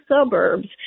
suburbs